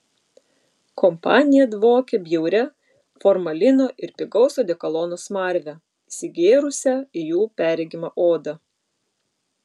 kompanija dvokė bjauria formalino ir pigaus odekolono smarve įsigėrusią į jų perregimą odą